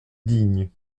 digne